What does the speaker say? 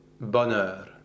Bonheur